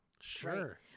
Sure